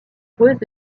joueuse